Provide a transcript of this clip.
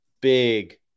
big